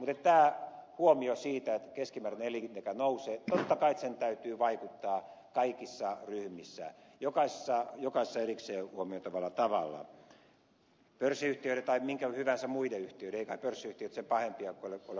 mutta tämän huomion että keskimääräinen elinikä nousee totta kai sen täytyy vaikuttaa kaikissa ryhmissä jokaisessa erikseen huomioitavalla tavalla pörssiyhtiöissä tai missä hyvänsä muissa yhtiöissä eivät kai pörssiyhtiöt sen pahempia ole kuin muut yhtiöt